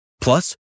Plus